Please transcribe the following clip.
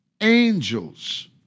angels